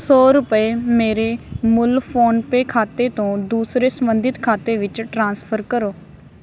ਸੌ ਰੁਪਏ ਮੇਰੇ ਮੂਲ ਫੋਨਪੇ ਖਾਤੇ ਤੋਂ ਦੂਸਰੇ ਸੰਬੰਧਿਤ ਖਾਤੇ ਵਿੱਚ ਟ੍ਰਾਂਸਫਰ ਕਰੋ